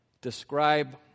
describe